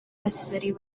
necessary